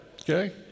okay